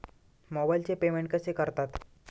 मोबाइलचे पेमेंट कसे करतात?